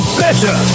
better